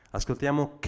Ascoltiamo